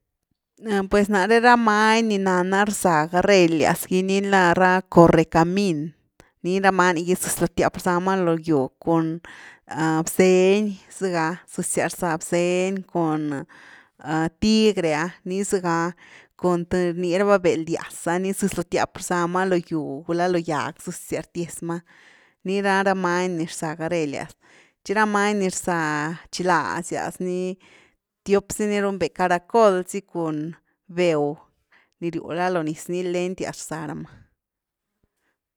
Pues nare ra many ni nana rza gareldia ni la ra correcamin ni ra many gy zëzy lo tiap rzama lo gyw, cun bzeny, zega zezyas rza bzeny, cun tigre ah ni zega, cun th ni rni raba beld-dyaz ah ni zezy lo tiap rzama lo gyw gula lo gyag, zezyas rtyez ma, nii na ra many ni rza gareldyas tchi ra many ni rza chilazyas ni tiop zy ni runbe caracol zy, cun bew ni ryw ra lo niz, ni lentias rza ra ma.